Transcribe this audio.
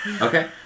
Okay